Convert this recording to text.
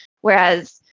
Whereas